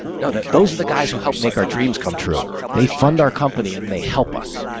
know that those are the guys who help make our dreams come true. they fund our company and and they help us,